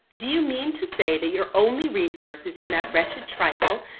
do you mean to say that your only resource is in that wretched trifle,